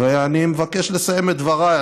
ואני מבקש לסיים את דבריי.